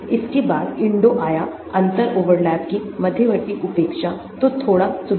इसके बाद INDO आया अंतर ओवरलैप की मध्यवर्ती उपेक्षातो थोड़ा सुधार